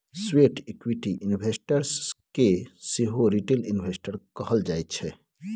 sweat equity investor केँ सेहो retail investor कहल जाइ छै